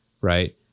Right